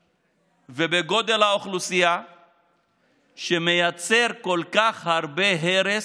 ובגודל האוכלוסייה שמייצרת כל כך הרבה הרס,